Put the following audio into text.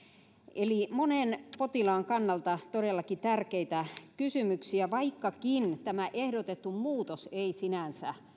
eli monen potilaan kannalta todellakin tärkeitä kysymyksiä vaikkakin tämä ehdotettu muutos ei sinänsä